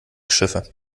schiffe